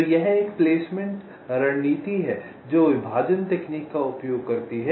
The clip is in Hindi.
तो यह एक प्लेसमेंट रणनीति है जो विभाजन तकनीक का उपयोग करती है